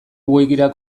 wikira